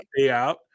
payout